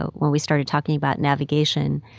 when we started talking about navigation,